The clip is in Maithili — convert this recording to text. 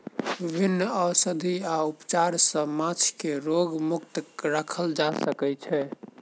विभिन्न औषधि आ उपचार सॅ माँछ के रोग मुक्त राखल जा सकै छै